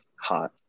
hot